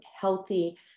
healthy